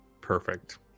perfect